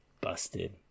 Busted